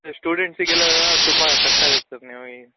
ಸ್ಟೂಡೆಂಟ್ಸೀಗೆಲ್ಲ ತುಂಬಾ ಕಷ್ಟ ಆಗುತ್ತೆ ಸರ್ ನೀವಿಗ